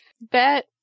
bet